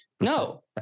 no